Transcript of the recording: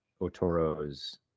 Otoro's